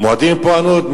מועדים לפורענות.